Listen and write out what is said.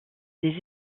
des